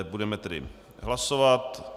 Budeme tedy hlasovat.